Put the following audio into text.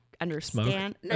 Understand